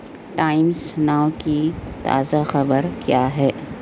Times Now کی تازہ خبر کیا ہے